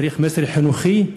צריך מסר חינוכי,